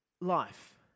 life